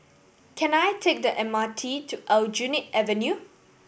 can I take the M R T to Aljunied Avenue